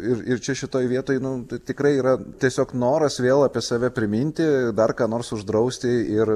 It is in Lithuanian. ir ir čia šitoj vietoj nu tikrai yra tiesiog noras vėl apie save priminti dar ką nors uždrausti ir